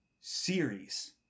series